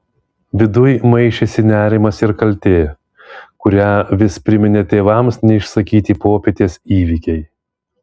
viduj maišėsi nerimas ir kaltė kurią vis priminė tėvams neišsakyti popietės įvykiai